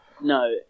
No